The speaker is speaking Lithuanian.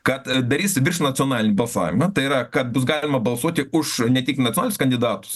kad darys virš nacionalinį balsavimą tai yra kad bus galima balsuoti už ne tik nacionalinius kandidatus